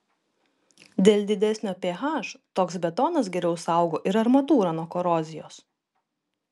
dėl didesnio ph toks betonas geriau saugo ir armatūrą nuo korozijos